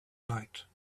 night